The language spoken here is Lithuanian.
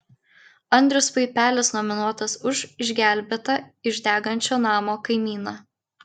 andrius paipelis nominuotas už išgelbėtą iš degančio namo kaimyną